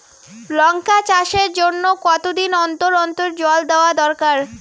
লঙ্কা চাষের জন্যে কতদিন অন্তর অন্তর জল দেওয়া দরকার?